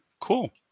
Cool